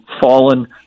fallen